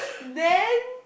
then